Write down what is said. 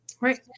right